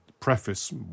preface